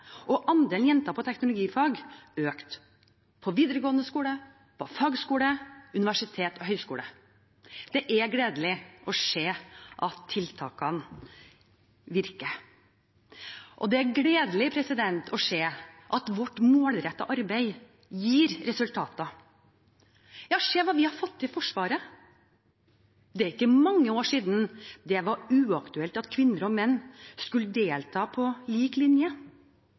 og andelen jenter på teknologifag økt på videregående skole, på fagskole, universitet og høyskole. Det er gledelig å se at tiltakene virker, og det er gledelig å se at vårt målrettede arbeid gir resultater. Ja, se hva vi har fått til i Forsvaret! Det er ikke mange år siden det var uaktuelt at kvinner og menn skulle delta på lik linje,